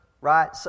right